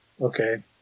okay